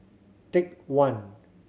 Take One